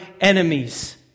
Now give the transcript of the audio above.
enemies